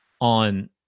on